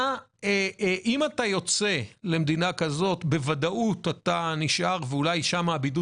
שאם אתה יוצא למדינה כזאת בוודאות אתה נשאר ואולי שם הבידוד